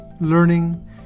learning